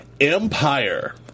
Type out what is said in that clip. Empire